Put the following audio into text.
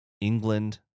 England